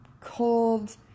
cold